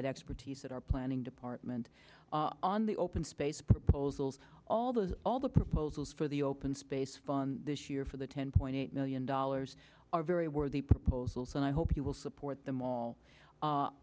that expertise that our planning department on the open space proposals all those all the proposals for the open space fund this year for the ten point eight million dollars are very worthy proposals and i hope you will support them all